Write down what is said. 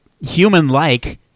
human-like